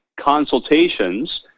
consultations